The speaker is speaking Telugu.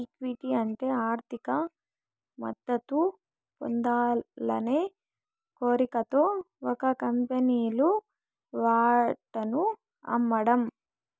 ఈక్విటీ అంటే ఆర్థిక మద్దతు పొందాలనే కోరికతో ఒక కంపెనీలు వాటాను అమ్మడం